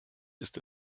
ist